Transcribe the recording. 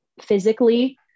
physically